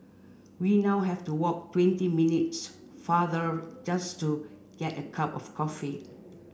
we now have to walk twenty minutes farther just to get a cup of coffee